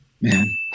man